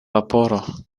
vaporo